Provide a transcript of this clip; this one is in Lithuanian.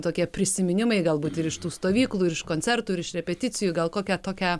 tokie prisiminimai galbūt ir iš tų stovyklų ir iš koncertų ir iš repeticijų gal kokią tokią